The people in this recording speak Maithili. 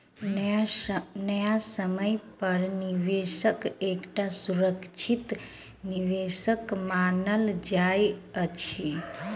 न्यायसम्य पर निवेश एकटा सुरक्षित निवेश मानल जाइत अछि